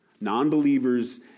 non-believers